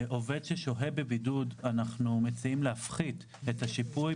לעובד ששוהה בבידוד אנחנו מציעים להפחית את השיפוי.